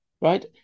Right